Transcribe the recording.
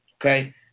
okay